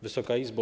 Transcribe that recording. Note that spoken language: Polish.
Wysoka Izbo!